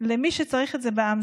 למי שצריך את זה בעם.